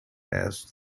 passed